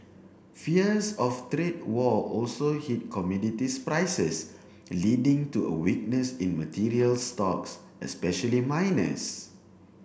fears of trade war also hit commodities prices leading to a weakness in materials stocks especially miners